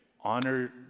honor